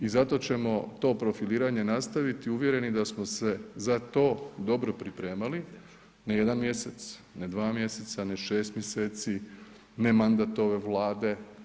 I zato ćemo to profiliranje nastaviti uvjereni da smo se za to dobro pripremali, ne jedan mjesec, ne dva mjeseca, ne 6 mjeseci, ne mandat ove Vlade.